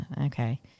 Okay